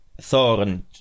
Thorn